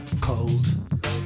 cold